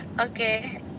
okay